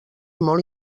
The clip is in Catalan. molt